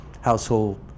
household